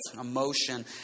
emotion